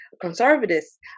conservatives